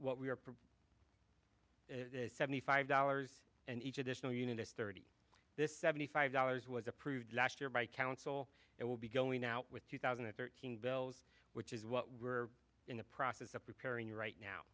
what we are it is seventy five dollars and each additional unit is thirty this seventy five dollars was approved last year by council it will be going out with two thousand and thirteen bells which is what we're in the process of preparing you right now